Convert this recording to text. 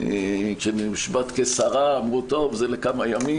כאשר נשבעת כשרה, אמרו, טוב, זה לכמה ימים.